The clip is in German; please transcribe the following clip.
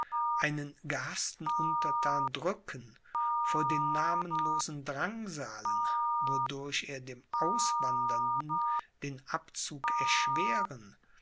einen gehaßten unterthan drücken vor den namenlosen drangsalen wodurch er dem auswandernden den abzug erschweren